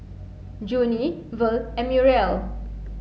Junie Verl and Muriel